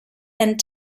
and